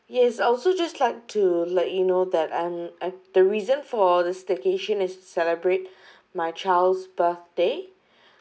yes I also just like to let you know that and uh the reason for the staycation is to celebrate my child's birthday